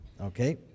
Okay